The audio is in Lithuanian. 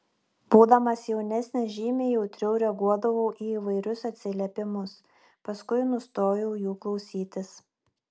būdamas jaunesnis žymiai jautriau reaguodavau į įvairius atsiliepimus paskui nustojau jų klausytis